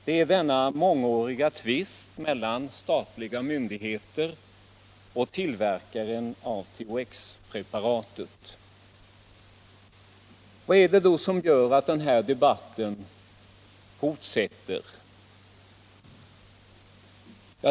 Det är fråga om en mångårig tvist mellan statliga myndigheter och tillverkaren av THX-preparatet. Vad är det då som gör att den här debatten fortsätter?